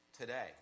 today